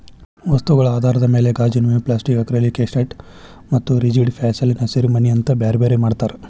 ವಸ್ತುಗಳ ಆಧಾರದ ಮ್ಯಾಲೆ ಗಾಜಿನಮನಿ, ಪ್ಲಾಸ್ಟಿಕ್ ಆಕ್ರಲಿಕ್ಶೇಟ್ ಮತ್ತ ರಿಜಿಡ್ ಪ್ಯಾನೆಲ್ ಹಸಿರಿಮನಿ ಅಂತ ಬ್ಯಾರ್ಬ್ಯಾರೇ ಮಾಡ್ತಾರ